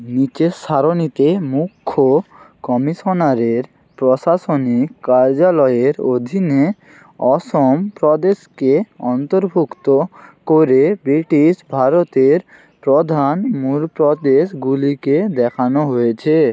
নিচের সারণীতে মুখ্য কমিশনারের প্রশাসনিক কার্যালয়ের অধীনে অসম প্রদেশকে অন্তর্ভুক্ত করে ব্রিটিশ ভারতের প্রধান মূল প্রদেশগুলিকে দেখানো হয়েছে